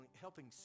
helping